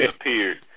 appeared